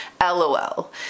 LOL